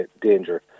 danger